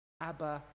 Abba